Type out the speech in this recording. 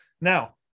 now